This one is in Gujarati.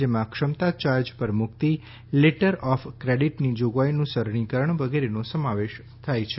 જેમાં ક્ષમતા ચાર્જ પર મુક્તિ લેટર ઓફ ક્રેડિટની જોગવાઇઓનું સરલીકરણ વગેરેનો સમાવેશ થાય છે